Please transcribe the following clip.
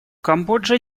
камбоджа